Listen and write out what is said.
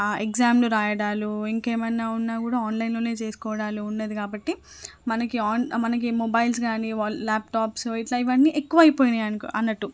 ఎగ్జామ్లు రాయడాలు ఇంకేమైనా ఉన్నా కూడా ఆన్లైన్లోనే చేసుకోవడాలు ఉన్నది కాబట్టి మనకి ఆన్ మనకి మొబైల్స్ కానీ ల్యాప్టాప్స్ ఇట్లా ఇవన్నీ ఎక్కువైపోయినాయి అన్నట్టు